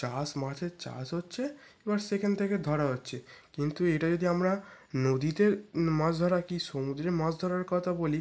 চাষ মাছের চাষ হচ্ছে এবার সেখান থেকে ধরা হচ্ছে কিন্তু এটা যদি আমরা নদীতে মাছ ধরা কী সমুদ্রে মাছ ধরার কথা বলি